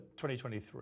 2023